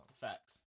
Facts